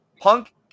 Punk